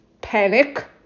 panic